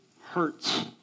hurts